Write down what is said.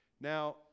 Now